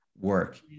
work